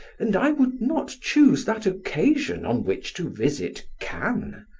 and i would not choose that occasion on which to visit cannes.